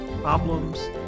problems